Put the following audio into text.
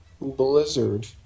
Blizzard